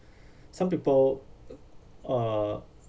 some people ac~ uh